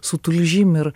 su tulžim ir